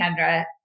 Kendra